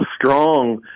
strong